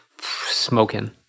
smoking